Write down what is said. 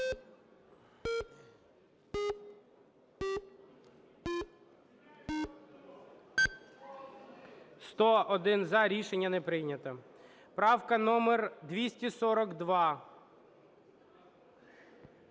За-101 Рішення не прийнято. Правка номер 242.